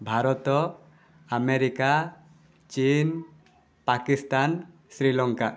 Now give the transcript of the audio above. Bharat America ଚୀନ୍ ପାକିସ୍ତାନ୍ ଶ୍ରୀଲଙ୍କା